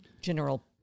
general